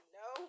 no